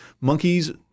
monkeys